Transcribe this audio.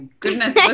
goodness